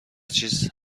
چیز